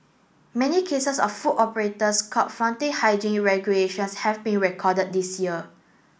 many cases of food operators caught flouting hygiene regulations have been recorded this year